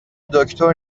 دکتر